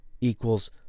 equals